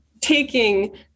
taking